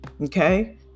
Okay